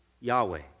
Yahweh